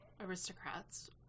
aristocrats